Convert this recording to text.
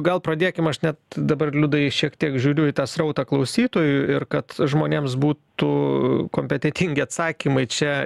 gal pradėkim aš net dabar liudai šiek tiek žiūriu į tą srautą klausytojų ir kad žmonėms būtų kompetentingi atsakymai čia